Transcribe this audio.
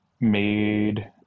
made